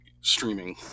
streaming